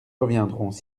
reviendrons